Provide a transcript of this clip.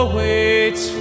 waits